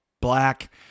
black